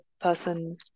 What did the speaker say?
person